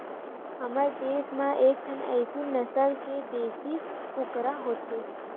हमर देस म एकठन एसील नसल के देसी कुकरा होथे